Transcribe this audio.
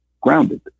grounded